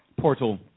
Portal